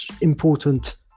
important